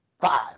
five